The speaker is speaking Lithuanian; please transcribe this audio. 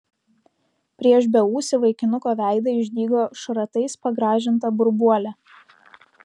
prieš beūsį vaikinuko veidą išdygo šratais pagrąžinta burbuolė